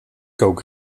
kook